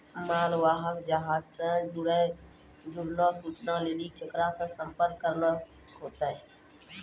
मालवाहक जहाजो से जुड़लो सूचना लेली केकरा से संपर्क करै होतै?